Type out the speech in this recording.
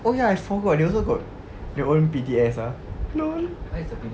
oh ya I forgot they also got their own P_D_S ah LOL